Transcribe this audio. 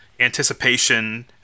anticipation